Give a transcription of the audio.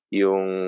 yung